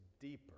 deeper